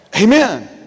Amen